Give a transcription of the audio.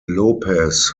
lopez